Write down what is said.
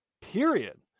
period